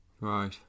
Right